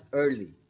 early